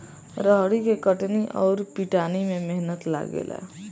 रहरी के कटनी अउर पिटानी में मेहनत लागेला